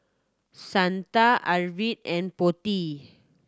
Santha Arvind and Potti